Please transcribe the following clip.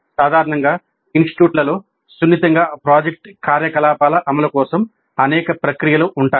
సాధారణంగా ఇన్స్టిట్యూట్లలో సున్నితంగా ప్రాజెక్ట్ కార్యకలాపాల అమలు కోసం అనేక ప్రక్రియలు ఉంటాయి